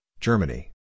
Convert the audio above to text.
Germany